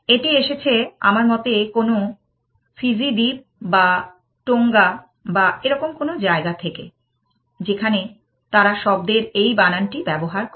এটি এসেছে আমার মতে কোনো ফিজি দ্বীপ বা টোঙ্গা বা এরকম কোনো জায়গা থেকে যেখানে তারা শব্দের এই বানানটি ব্যবহার করে